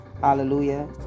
Hallelujah